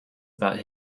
about